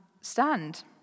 stand